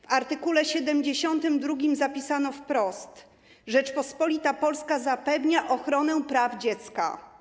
W art. 72 zapisano wprost: Rzeczpospolita Polska zapewnia ochronę praw dziecka.